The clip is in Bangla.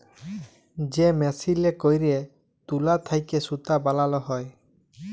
যে মেসিলে ক্যইরে তুলা থ্যাইকে সুতা বালাল হ্যয়